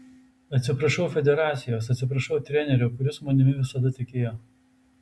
atsiprašau federacijos atsiprašau trenerio kuris manimi visada tikėjo